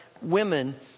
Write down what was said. women